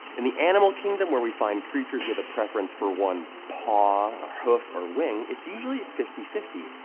in the animal kingdom, where we find creatures with a preference for one paw, hoof, or wing, it's usually fifty fifty.